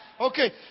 Okay